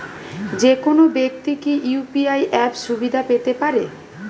যেকোনো ব্যাক্তি কি ইউ.পি.আই অ্যাপ সুবিধা পেতে পারে?